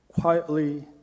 quietly